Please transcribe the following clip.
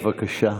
בבקשה.